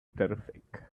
terrific